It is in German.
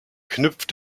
knüpft